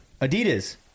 Adidas